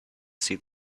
see